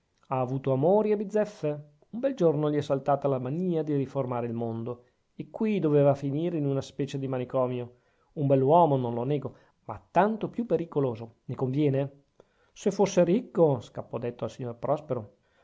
ha avuto amori a bizeffe un bel giorno gli è saltata la manìa di riformare il mondo e qui doveva finire in una specie di manicomio un bell'uomo non lo nego ma tanto più pericoloso ne conviene se fosse ricco scappò detto al signor prospero